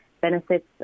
benefits